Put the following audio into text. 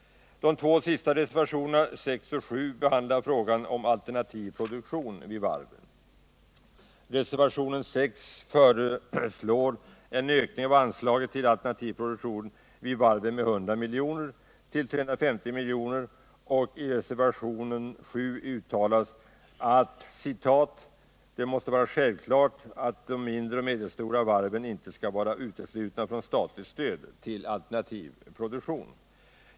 Reservationerna 6 och 7 behandlar frågan om alternativ produktion vid varven. Reservationen 6 föreslår en ökning av anslaget till alternativ produktion vid varven med 100 milj.kr. till 350 milj.kr., och i reservationen 7 uttalas att det måste vara ”självklart att de mindre och medelstora varven inte skall vara uteslutna från statligt stöd till alternativ produktion”.